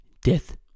death